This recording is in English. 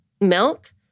milk